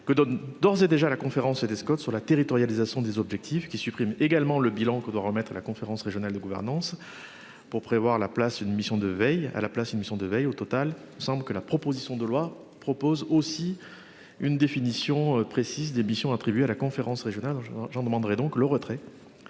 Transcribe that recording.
que dans. D'ores et déjà la conférence et Scott sur la territorialisation des objectifs qui supprime également le bilan que doit remettre à la conférence régionale de gouvernance. Pour prévoir la place une mission de veille à la place une mission de veille au total, il semble que la proposition de loi propose aussi une définition précise des missions attribuées à la conférence régionale j'en j'en demanderai donc le retrait.